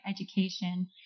education